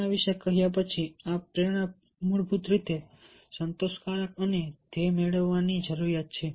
આના વિશે કહ્યા પછી આ પ્રેરણા મૂળભૂત રીતે સંતોષકારક અને ધ્યેય મેળવવાની જરૂરિયાત છે